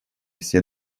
все